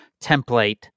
template